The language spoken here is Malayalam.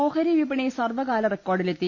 ഓഹരി വിപണി സർവ കാല റെക്കോർഡി ലെ ത്തി